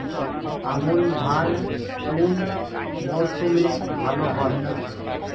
আমন ধান কোন মরশুমে ভাল হয়?